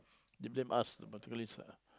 they blame us particularly